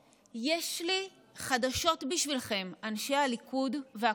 יש לי חדשות בשבילכם, אנשי הליכוד והקואליציה: